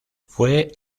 fue